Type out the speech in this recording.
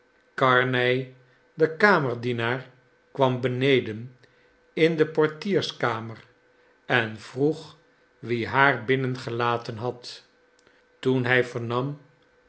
karnej de kamerdienaar kwam beneden in de portierskamer en vroeg wie haar binnengelaten had toen hij vernam